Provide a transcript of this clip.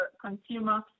consumer